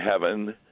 heaven